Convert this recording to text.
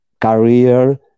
career